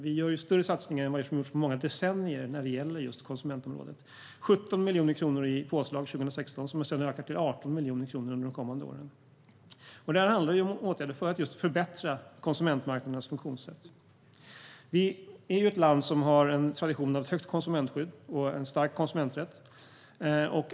Vi gör större satsningar än vad som har gjorts på många decennier när det gäller konsumentområdet - 17 miljoner kronor i påslag 2016, som sedan ökar till 18 miljoner under de kommande åren. Det handlar om åtgärder för att just förbättra konsumentmarknadens funktionssätt. Vi är ett land som har en tradition av högt konsumentskydd och en stark konsumenträtt.